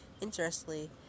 Interestingly